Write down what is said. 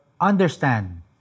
understand